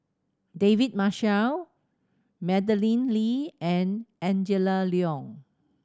David Marshall Madeleine Lee and Angela Liong